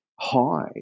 high